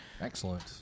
Excellent